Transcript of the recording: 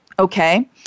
Okay